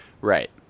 Right